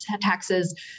taxes